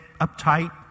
uptight